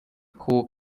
who